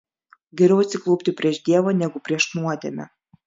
geriau atsiklaupti prieš dievą negu prieš nuodėmę